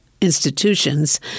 institutions